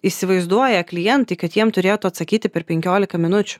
įsivaizduoja klientai kad jiem turėtų atsakyti per penkiolika minučių